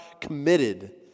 committed